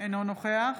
אינו נוכח